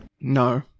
No